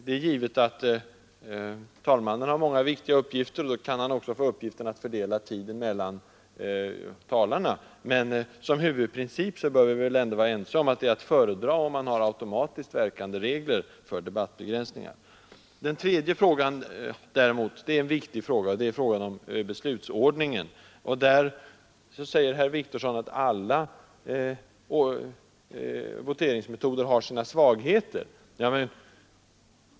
Det är givet att talmannen har många viktiga uppgifter, och då kan han naturligtvis också få uppgiften att fördela tiden mellan talarna, men som huvudprincip är vi väl ändå ense om att automatiskt verkande regler för debattbegräsningar är att föredra. Den tredje frågan, nämligen frågan om beslutsordningen, är däremot viktig. Herr Wiectorsson säger att alla voteringsmetoder har sina svagheter.